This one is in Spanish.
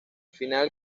final